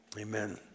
Amen